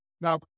Now